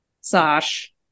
sash